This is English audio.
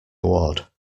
award